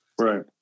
Right